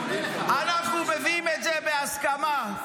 אנחנו מביאים את זה בהסכמה.